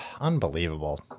Unbelievable